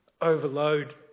overload